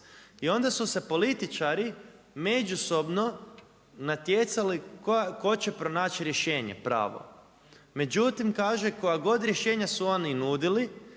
i onda su se političari međusobno natjecali tko će pronaći rješenje pravo. Međutim, kaže, koja god rješenja su oni nudili